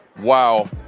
Wow